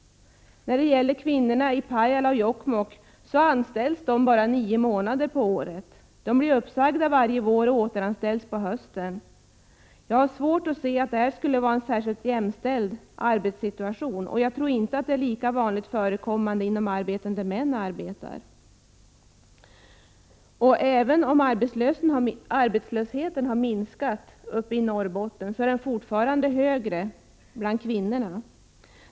Kvinnorna i Pajala och Jokkmokk anställs bara under nio månader av året. De blir uppsagda varje vår och återanställs på hösten. Jag har svårt att se att det skulle vara en särskild jämställd arbetssituation, och jag tror inte att detta är lika vanligt förekommande i arbeten där män jobbar. Även om arbetslösheten har minskat uppe i Norrbotten är den fortfarande högre bland kvinnorna.